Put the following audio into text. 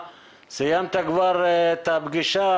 סיימתי את הפגישות.